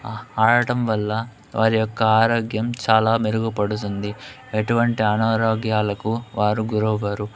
ఆ ఆడటం వల్ల వారి యొక్క ఆరోగ్యం చాలా మెరుగుపడుతుంది ఎటువంటి అనారోగ్యాలకు వారు గురవ్వరు